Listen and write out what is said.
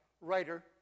writer